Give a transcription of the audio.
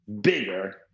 bigger